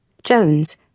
Jones